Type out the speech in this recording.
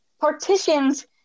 partitions